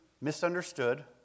misunderstood